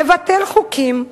לבטל חוקים,